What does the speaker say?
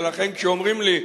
ולכן כשאומרים לי,